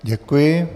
Děkuji.